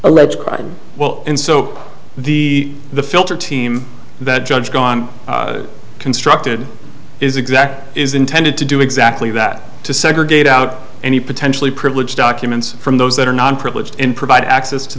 alleged crime well and so the the filter team that judge gone constructed is exact is intended to do exactly that to segregate out any potentially privileged documents from those that are non privileged and provide access to